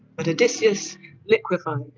but odysseus liquefied.